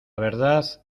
verdad